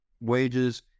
wages